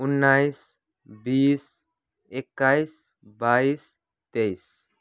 उन्नाइस बिस एक्काइस बाइस तेइस